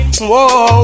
Whoa